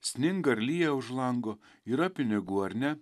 sninga ar lyja už lango yra pinigų ar ne